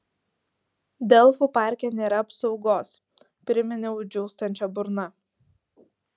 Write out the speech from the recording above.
delfų parke nėra apsaugos priminiau džiūstančia burna